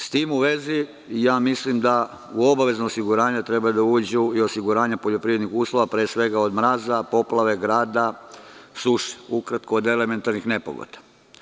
S tim u vezi, ja mislim da u obavezi osiguranja treba da uđu i osiguranja poljoprivrednih useva od mraza, poplava, grada, suša, od elementarnih nepogoda.